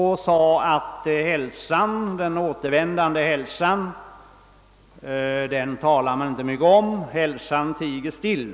Han sade att man inte talar mycket om den återvändande hälsan — hälsan tiger still.